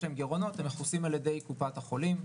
להם גירעונות הם מכוסים על ידי קופת החולים,